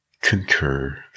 concur